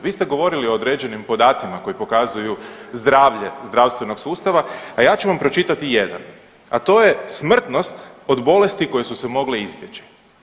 Vi ste govorili o određenim podacima koji pokazuju zdravlje zdravstvenog sustava, a ja ću vam pročitati jedan, a to je smrtnost od bolesti koje su se mogle izbjeći.